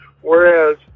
Whereas